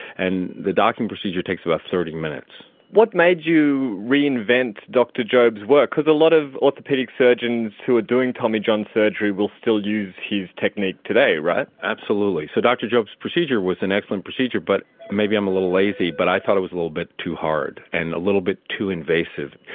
and the docking procedure takes about thirty minutes. what made you reinvent dr jobe's work, because a lot of orthopaedic surgeons who are doing tommy john surgery will still use his technique today, right? absolutely. so dr jobe's procedure was an excellent procedure, but maybe i am a little lazy but i thought it was a little bit too hard and a little bit too invasive.